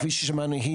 כפי ששמענו,